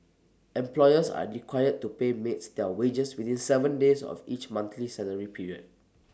employers are required to pay maids their wages within Seven days of each monthly salary period